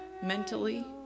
mentally